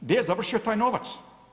Gdje je završio taj novac?